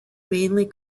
mainly